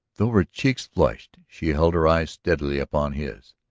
though her cheeks flushed, she held her eyes steadily upon his.